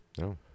No